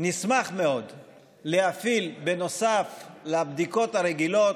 נשמח מאוד להפעיל, נוסף לבדיקות הרגילות,